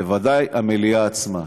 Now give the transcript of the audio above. וודאי המליאה עצמה.